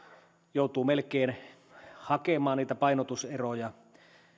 joutuu melkein hakemaan niitä painotuseroja